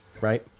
right